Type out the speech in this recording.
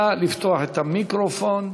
נא לפתוח את המיקרופון.